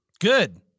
Good